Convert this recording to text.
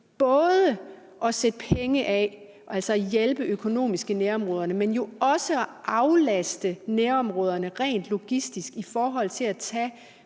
både at sætte penge af, altså hjælpe økonomisk i nærområderne, men også at aflaste nærområderne rent logistisk i forhold til at tage